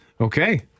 Okay